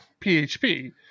PHP